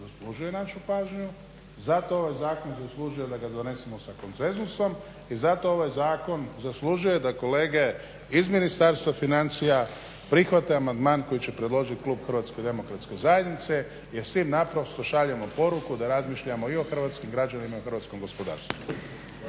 zaslužuje našu pažnju, zato ovaj zakon zaslužuje da ga donesemo sa konsenzusom i zato ovaj zakon zaslužuje da kolege iz Ministarstva financija prihvate amandman koji će predložit klub HDZ-a jer s tim naprosto šaljemo poruku da razmišljamo i o hrvatskim građanima i o hrvatskom gospodarstvu.